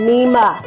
Nima